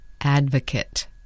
advocate